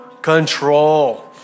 Control